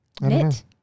Knit